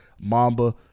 Mamba